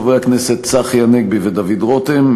חברי הכנסת צחי הנגבי ודוד רותם,